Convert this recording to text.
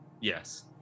Yes